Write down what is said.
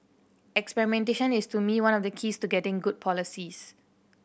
experimentation is to me one of the keys to getting good policies